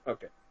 Okay